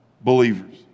believers